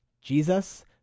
Jesus